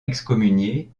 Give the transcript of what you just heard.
excommunié